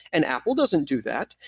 and apple doesn't do that.